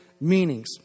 meanings